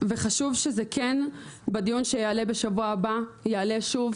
וחשוב שזה כן בדיון שיעלה בשבוע הבא יעלה שוב,